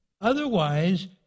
Otherwise